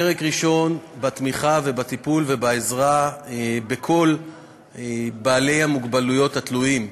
פרק ראשון בתמיכה ובטיפול ובעזרה לכל בעלי המוגבלויות התלויים,